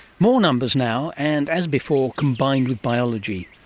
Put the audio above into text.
more numbers now, and as before combined with biology.